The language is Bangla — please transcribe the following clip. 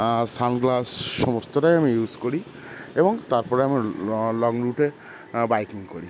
সানগ্লাস সমস্তটাই আমি ইউস করি এবং তারপরে আমি লং রুটে বাইকিং করি